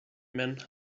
men